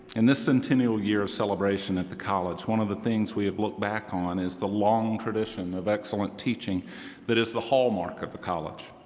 in this centennial year of celebration at the college, one of the things we have looked back on is the long tradition of excellent teaching that is the hallmark of a college.